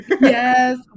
Yes